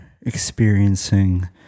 experiencing